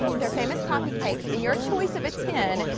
their famous coffee cake. and your choice of tin.